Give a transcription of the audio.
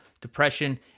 depression